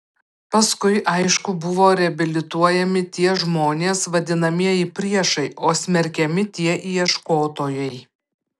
paskui aišku buvo reabilituojami tie žmonės vadinamieji priešai o smerkiami tie ieškotojai